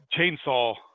chainsaw